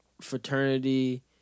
fraternity